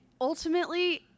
ultimately